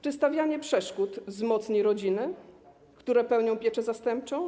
Czy stawianie przeszkód wzmocni rodziny, które sprawują pieczę zastępczą?